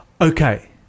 Okay